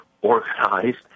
organized